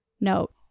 note